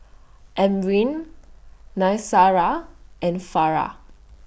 Amrin Qaisara and Farah